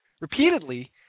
repeatedly